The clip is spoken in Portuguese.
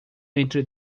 entre